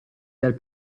dal